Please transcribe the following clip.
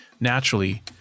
naturally